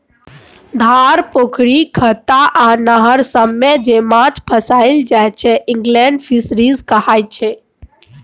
धार, पोखरि, खत्ता आ नहर सबमे जे माछ पोसल जाइ छै इनलेंड फीसरीज कहाय छै